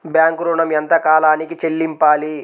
Bank ఋణం ఎంత కాలానికి చెల్లింపాలి?